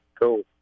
cool